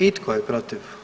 I tko je protiv?